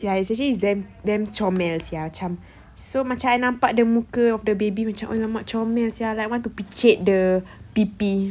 ya it's actually it's damn damn comel [sial] macam so macam I nampak the muka of the baby macam !alamak! comel [sial] like want to picit the pipi